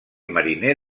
mariner